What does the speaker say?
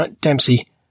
Dempsey